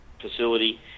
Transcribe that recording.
facility